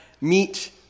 meet